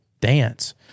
dance